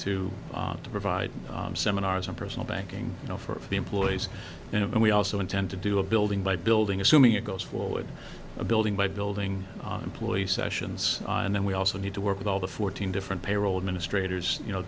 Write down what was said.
offered to provide seminars on personal banking you know for the employees and we also intend to do a building by building assuming it goes forward a building by building employee sessions and then we also need to work with all the fourteen different payroll administrator you know